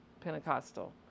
Pentecostal